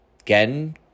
Again